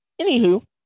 Anywho